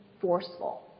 forceful